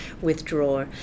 withdraw